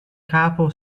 capo